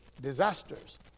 disasters